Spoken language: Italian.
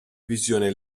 visione